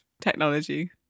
technology